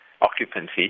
occupancy